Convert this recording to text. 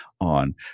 on